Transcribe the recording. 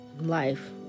life